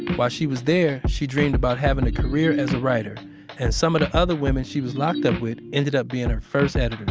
while she was there, she dreamed about having a career as a writer and some of the other women she was locked up with ended up being her first editors